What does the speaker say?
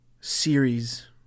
series